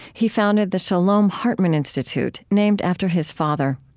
he founded the shalom hartman institute, named after his father.